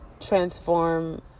transform